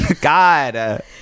God